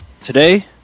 Today